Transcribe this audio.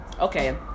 okay